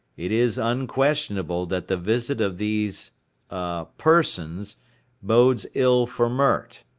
it is unquestionable that the visit of these ah persons bodes ill for mert.